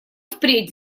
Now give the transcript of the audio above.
впредь